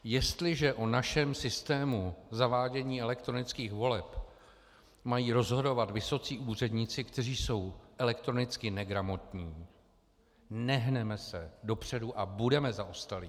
Jestliže o našem systému zavádění elektronických voleb mají rozhodovat vysocí úředníci, kteří jsou elektronicky negramotní, nehneme se dopředu a budeme zaostalí.